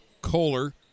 Kohler